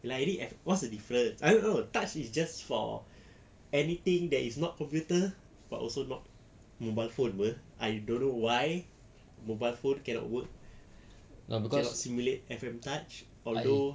lah ini what's the difference I don't know touch is just for anything that is not computer but also not mobile phone [pe] I don't know why mobile phone cannot work cannot simulate F_M touch although